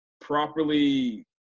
properly